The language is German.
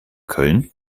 köln